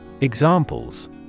Examples